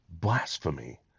blasphemy